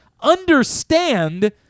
understand